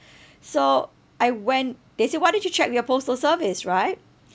so I when they say why didn't you check with your postal service right